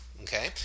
okay